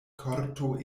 korto